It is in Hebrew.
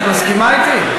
את מסכימה אתי?